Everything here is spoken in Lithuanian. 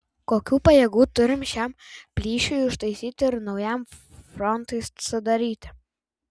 kokių pajėgų turime šiam plyšiui užtaisyti ir naujam frontui sudaryti